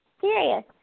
serious